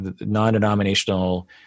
non-denominational